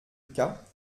cas